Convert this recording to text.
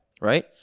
Right